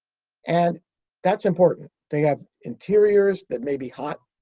and that's important. they have interiors that may be hot.